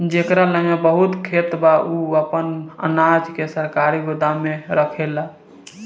जेकरा लगे बहुत खेत बा उ आपन अनाज के सरकारी गोदाम में रखेला